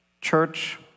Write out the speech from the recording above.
Church